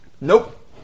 Nope